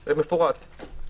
זה מפורט.